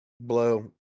blow